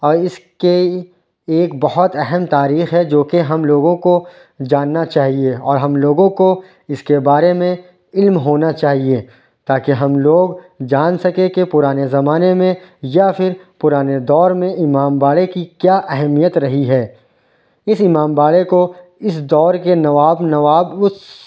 اور اس کے ایک بہت اہم تاریخ ہے جو کہ ہم لوگوں کو جاننا چاہیے اور ہم لوگوں کو اس کے بارے میں علم ہونا چاہیے تاکہ ہم لوگ جان سکیں کہ پرانے زمانے میں یا پھر پرانے دور میں امام باڑے کی کیا اہمیت رہی ہے اس امام باڑے کو اس دور کے نواب نواب اس